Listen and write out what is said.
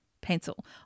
pencil